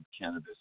cannabis